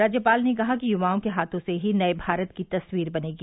राज्यपाल ने कहा कि य्वाओं के हाथों से ही नये भारत की तस्वीर बनेगी